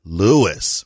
lewis